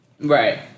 right